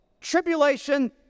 tribulation